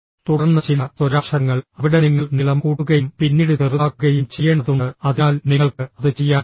തുടർന്ന് ചില സ്വരാക്ഷരങ്ങൾ അവിടെ നിങ്ങൾ നീളം കൂട്ടുകയും പിന്നീട് ചെറുതാക്കുകയും ചെയ്യേണ്ടതുണ്ട് അതിനാൽ നിങ്ങൾക്ക് അത് ചെയ്യാൻ കഴിയുമോ